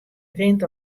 rint